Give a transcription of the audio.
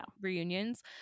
reunions